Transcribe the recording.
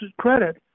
credit